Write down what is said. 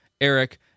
Eric